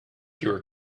your